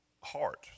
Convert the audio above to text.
heart